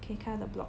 可以看它的 block